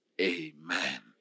Amen